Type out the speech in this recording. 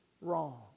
wrong